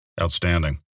Outstanding